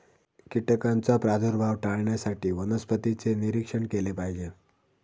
कीटकांचा प्रादुर्भाव टाळण्यासाठी वनस्पतींचे निरीक्षण केले पाहिजे